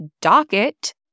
docket